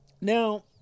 Now